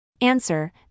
Answer